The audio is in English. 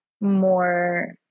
more